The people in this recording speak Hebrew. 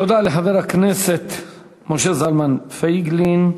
תודה לחבר הכנסת משה זלמן פייגלין.